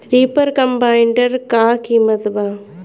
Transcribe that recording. Reaper combiner का किमत बा?